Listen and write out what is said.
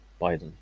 Biden